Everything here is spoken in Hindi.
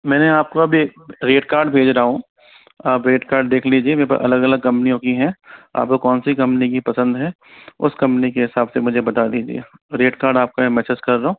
मैंने आपको अभी रेट कार्ड भेज रहा हूँ आप रेट कार्ड देख लीजिए मेरे पास अलग अलग कम्पनीयों की हैं आपको कौन सी कम्पनी की पसंद हैं उस कम्पनी के हिसाब से मुझे बता दीजिए रेट कार्ड आपको यहाँ मेसेज कर रहा हूँ